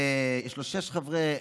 ויש לו שישה חברים,